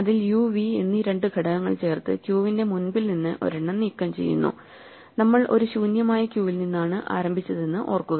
അതിൽ u v എന്നീ രണ്ട് ഘടകങ്ങൾ ചേർത്ത് ക്യൂവിന്റെ മുൻപിൽ നിന്ന് ഒരെണ്ണം നീക്കംചെയ്യുന്നു നമ്മൾ ഒരു ശൂന്യമായ ക്യൂവിൽ നിന്നാണ് ആരംഭിച്ചതെന്ന് ഓർക്കുക